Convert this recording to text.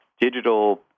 digital